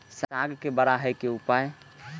साग के बड़ा है के उपाय?